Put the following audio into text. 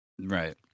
right